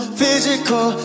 physical